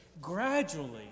gradually